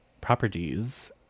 properties